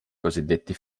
cosiddetti